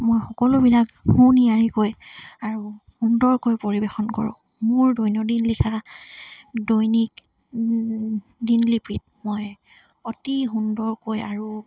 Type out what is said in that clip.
মই সকলোবিলাক সু নিয়াৰিকৈ আৰু সুন্দৰকৈ পৰিৱেশন কৰোঁ মোৰ দৈনন্দিন লিখা দৈনিক দিনলিপিত মই অতি সুন্দৰকৈ আৰু